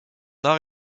art